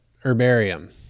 herbarium